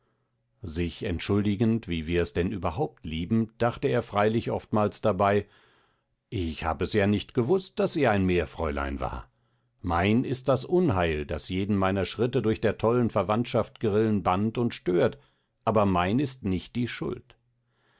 sich entschuldigend wie wir es denn überhaupt lieben dachte er freilich oftmals dabei ich hab es ja nicht gewußt daß sie ein meerfräulein war mein ist das unheil das jeden meiner schritte durch der tollen verwandtschaft grillen bannt und stört aber mein ist nicht die schuld